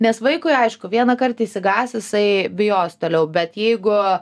nes vaikui aišku vieną kart išsigąs jisai bijos toliau bet jeigu